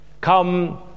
come